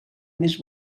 més